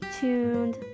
tuned